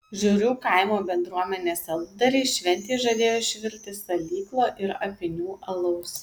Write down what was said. žiurių kaimo bendruomenės aludariai šventei žadėjo išvirti salyklo ir apynių alaus